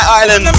island